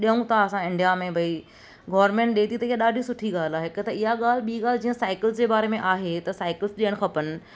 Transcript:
ॾियूं था असां इंडिया में भई गॉरमेंट ॾिए थी त इहा ॾाढी सुठी ॻाल्हि आहे हिकु त इहा ॻाल्हि ॿीं ॻाल्हि जीअं साइकिल्स जे बारे में आहे त साइकिल्स ॾियणु खपनि